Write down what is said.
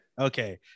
Okay